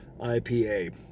IPA